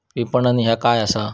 विपणन ह्या काय असा?